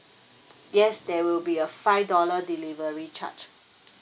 yes there will be a five dollar delivery charge